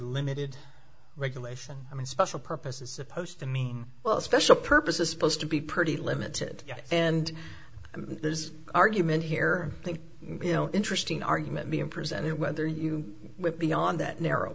limited regulation i mean special purpose is supposed to mean well special purpose is supposed to be pretty limited and there's argument here i think you know interesting argument being presented whether you beyond that narrow